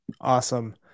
Awesome